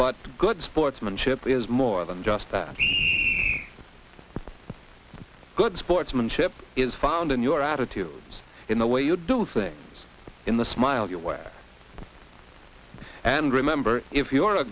but good sportsmanship is more than just that good sportsmanship is found in your attitudes in the way you do things in the smile you wear and remember if you're a